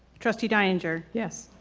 trustee deininger? yes.